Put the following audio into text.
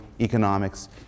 economics